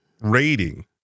rating